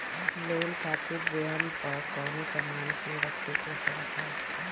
loan खातिर रेहन पअ कवनो सामान के रखे के पड़त हअ